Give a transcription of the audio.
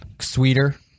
sweeter